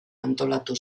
antolatu